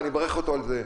ואני מברך אותו על זה.